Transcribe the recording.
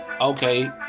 Okay